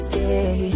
day